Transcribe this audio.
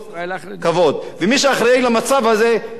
ומי שאחראי למצב הזה הוא מי ששולט בהגה.